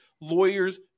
lawyers